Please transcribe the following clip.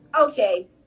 okay